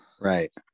Right